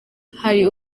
hari